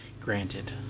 granted